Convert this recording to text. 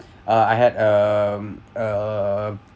uh I had um uh